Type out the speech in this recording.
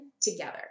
together